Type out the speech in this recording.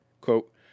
Quote